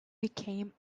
became